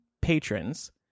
patrons